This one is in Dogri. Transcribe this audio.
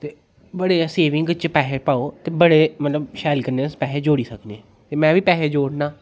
ते बड़े सेविंग च पैहे पाओ ते बड़े मतलब शैल कन्नै अस पैहे जोड़ी सकने ते में बी पैसे जोड़ना